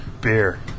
beer